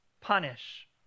punish